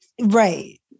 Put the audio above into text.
Right